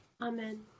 Amen